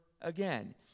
again